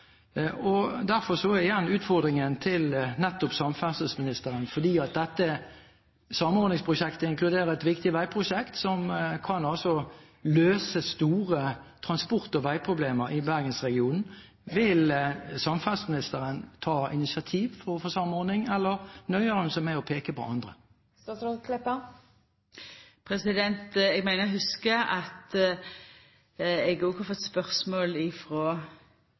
og de berørte statsråder for de områdene som er inne i en mulig samordning, har et særskilt ansvar. Derfor er igjen utfordringen til nettopp samferdselsministeren, fordi dette samordningsprosjektet inkluderer et viktig veiprosjekt som altså kan løse store transport- og veiproblemer i Bergensregionen: Vil samferdselsministeren ta initiativ til en samordning, eller nøyer hun seg med å peke på andre? Eg meiner å hugsa at eg òg har fått spørsmål